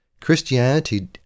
Christianity